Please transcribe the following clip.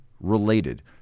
related